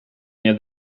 nie